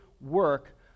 work